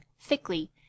thickly